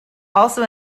also